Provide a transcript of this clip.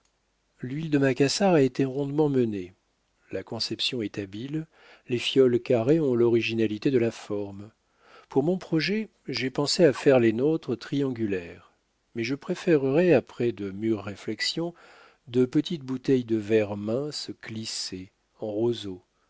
l'huile de macassar a été rondement menée la conception est habile les fioles carrées ont l'originalité de la forme pour mon projet j'ai pensé à faire les nôtres triangulaires mais je préférerais après de mûres réflexions de petites bouteilles de verre mince clissées en roseau